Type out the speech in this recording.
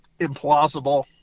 implausible